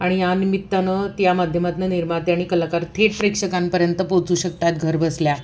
आणि या निमित्तानं त्या माध्यमातनं निर्माते आणि कलाकार थेट प्रेक्षकांपर्यंत पोचू शकतात घरबसल्या